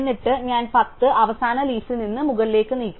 എന്നിട്ട് ഞാൻ 10 അവസാന ലീഫിൽ നിന്ന് മുകളിലേക്ക് നീക്കുന്നു